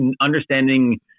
understanding